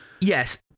yes